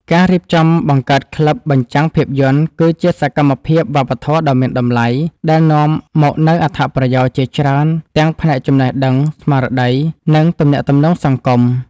ការរៀបចំបង្កើតក្លឹបបញ្ចាំងភាពយន្ត គឺជាសកម្មភាពវប្បធម៌ដ៏មានតម្លៃ ដែលនាំមកនូវអត្ថប្រយោជន៍ជាច្រើនទាំងផ្នែកចំណេះដឹង ស្មារតី និងទំនាក់ទំនងសង្គម។